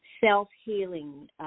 self-healing